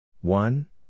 One